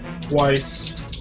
twice